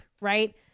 right